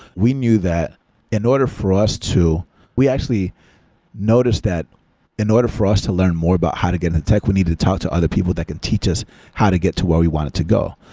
we knew that in order for us to we actually noticed that in order for us to learn more about how to get in tech, we needed to talk to other people that can teach us how to get to where we wanted to go.